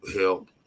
help